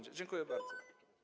Dziękuję bardzo.